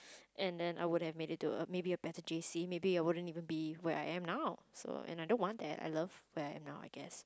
and then I would have made it to a maybe a better j_c maybe I wouldn't even be where I am now so and I don't want that I love where I am now I guess